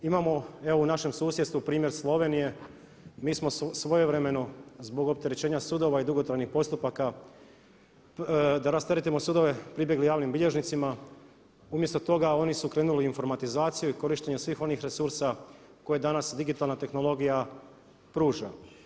Imamo u našem susjedstvu primjer Slovenije, mi smo svojevremeno zbog opterećenja sudova i dugotrajnih postupaka da rasteretimo sudove pribjegli javnim bilježnicima, umjesto toga oni su krenuli u informatizaciju i korištenja svih onih resursa koje danas digitalna tehnologija pruža.